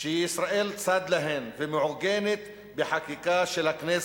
שישראל צד להן, ומעוגנת בחקיקה של הכנסת.